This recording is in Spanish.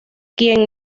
quien